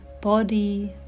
body